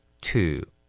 Two